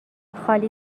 خالی